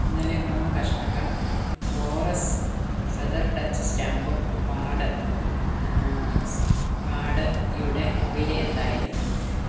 ഇന്നലെ മൂന്ന് കഷ്ണങ്ങൾ കോറെസ് ഫെതർ ടച്ച് സ്റ്റാമ്പും പാഡ്ഡ് സ് പാഡ്ഡ് യുടെ വില എന്തായിരുന്നു